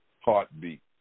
heartbeat